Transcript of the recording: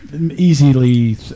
easily